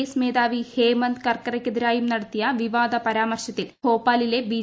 S മേധാവി ഹേമന്ദ് കർക്കറെക്കെതിരായും നടത്തിയ വിവിദ പരാമർശത്തിൽ ഭോപ്പാലിലെ ബി